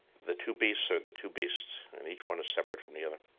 the two beasts are the two beasts and each one is separate from the other.